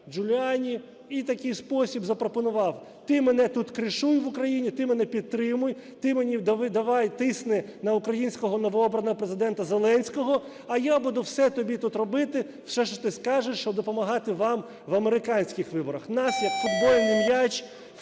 Джуліані і в такий спосіб запропонував: "Ти мене тут "кришуй" в Україні, ти мене підтримуй, ти мені давай, тисни на українського новообраного Президента Зеленського, а я буду все тобі тут робити, все, що ти скажеш, щоб допомагати вам в американських виборах". Нас, як футбольний м'яч, вкинули